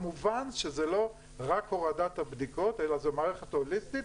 כמובן שזה לא רק הורדת הבדיקות אלא זו מערכת הוליסטית,